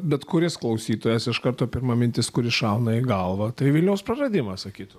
bet kuris klausytojas iš karto pirma mintis kuri šauna į galvą tai vilniaus praradimas sakytų